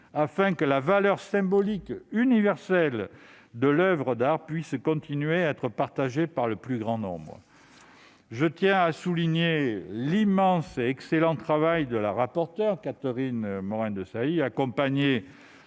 afin que la valeur symbolique et universelle de l'oeuvre d'art puisse continuer à être partagée par le plus grand nombre. Je tiens à souligner l'immense et excellent travail de la rapporteure Catherine Morin-Desailly, ainsi